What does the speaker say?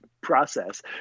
process